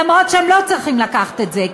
אף שהם לא צריכים לקחת את זה.